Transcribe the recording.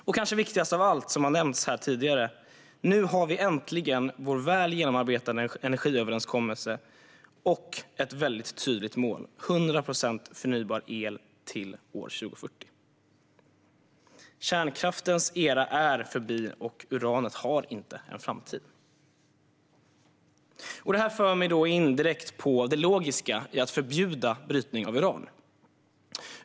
Det kanske viktigaste av allt har nämnts tidigare: Nu har vi äntligen vår väl genomarbetade energiöverenskommelse och ett väldigt tydligt mål - 100 procent förnybar el till år 2040. Kärnkraftens era är förbi. Uranet har ingen framtid. Det för mig in på det logiska i att förbjuda brytning av uran.